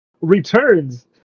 returns